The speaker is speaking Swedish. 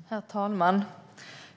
Svar på interpellationer Herr talman!